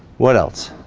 what else